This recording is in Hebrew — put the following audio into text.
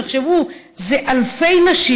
תחשבו, זה אלפי נשים.